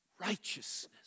righteousness